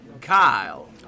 Kyle